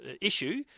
issue